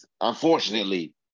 unfortunately